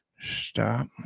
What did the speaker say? stop